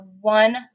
one